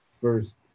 first